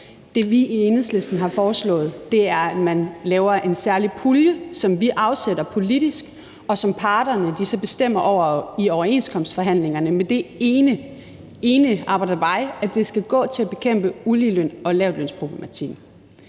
Det, vi i Enhedslisten har foreslået, er, at man laver en særlig pulje, som vi afsætter politisk, og som parterne så bestemmer over ved overenskomstforhandlingerne med det ene aber dabei, at det skal gå til at bekæmpe uligeløn og løse lavtlønsproblematikken.